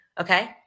okay